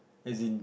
as in